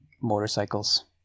Motorcycles